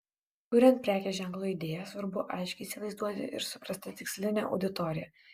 kuriant prekės ženklo idėją svarbu aiškiai įsivaizduoti ir suprasti tikslinę auditoriją